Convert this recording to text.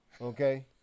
okay